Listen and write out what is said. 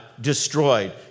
destroyed